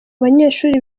banyeshuri